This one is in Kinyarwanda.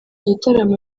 gitaramo